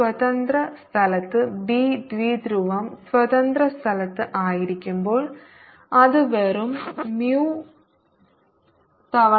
സ്വതന്ത്ര സ്ഥലത്ത് ബി ദ്വിധ്രുവം സ്വതന്ത്ര സ്ഥലത്ത് ആയിരിക്കുമ്പോൾ അത് വെറും mu തവണയല്ല H m 0